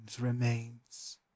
remains